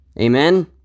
Amen